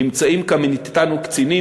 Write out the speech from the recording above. נמצאים כאן אתנו קצינים,